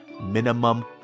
minimum